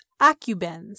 acubens